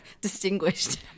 distinguished